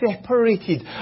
separated